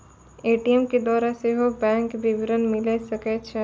ATM के द्वारा सेहो बैंक विबरण मिले सकै छै